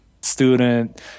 student